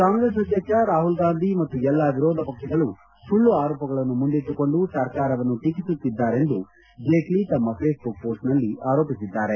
ಕಾಂಗ್ರೆಸ್ ಅಧ್ಯಕ್ಷ ರಾಹುಲ್ ಗಾಂಧಿ ಮತ್ತು ಎಲ್ಲಾ ವಿರೋಧ ಪಕ್ಷಗಳು ಸುಳ್ಳು ಆರೋಪಗಳನ್ನು ಮುಂದಿಟ್ಲುಕೊಂಡು ಸರ್ಕಾರವನ್ನು ಟೀಕಿಸುತ್ತಿದ್ದಾರೆಂದು ಜೇಟ್ಲ ತಮ್ನ ಫೇಸ್ಬುಕ್ ಮೋಸ್ನಲ್ಲಿ ಆರೋಪಿಸಿದ್ದಾರೆ